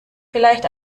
vielleicht